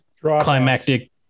climactic